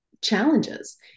challenges